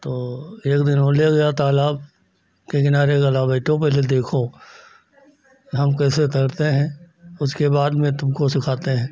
तो एक दिन वह ले गया तालाब के किनारे बैठो पहले देखो हम कैसे तैरते हैं उसके बाद में तुमको सिखाते हैं